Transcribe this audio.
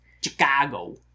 Chicago